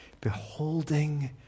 beholding